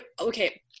Okay